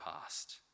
past